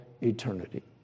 eternity